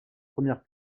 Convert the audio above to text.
premières